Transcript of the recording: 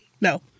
No